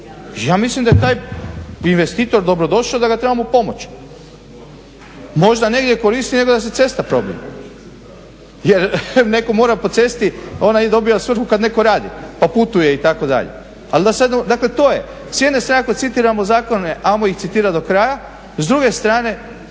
ja mislim da je taj investitor dobro došao, da ga trebamo pomoći, možda negdje korisnije nego da se cesta probije. Jer netko mora po cesti, ona dobija svrhu kad netko radi pa putuje itd. Ali da sad, dakle to je. S jedne strane dakle citiramo zakone, hajmo ih citirati do kraja, s druge strane